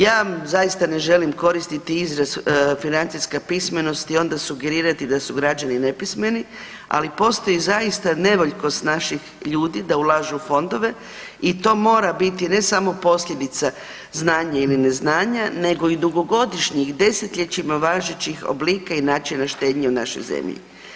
Ja zaista ne želim koristiti izraz financijska pismenost i onda sugerirati da su građani nepismeni, ali postoji zaista nevoljkost naših ljudi da ulažu u fondove i to mora biti ne samo posljedica znanja ili neznanja nego i dugogodišnjih desetljećima važećih oblika i načina štednje u našoj zemlji.